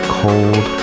cold